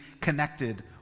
connected